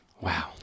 wow